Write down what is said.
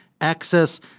access